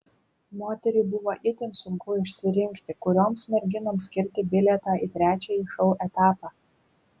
moteriai buvo itin sunku išsirinkti kurioms merginoms skirti bilietą į trečiąjį šou etapą